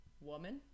Woman